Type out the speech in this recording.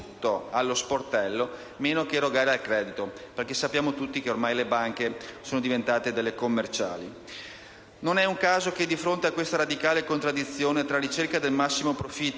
Non è un caso che, di fronte a questa radicale contraddizione tra ricerca del massimo profitto